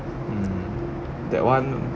um that one